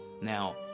now